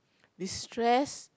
destress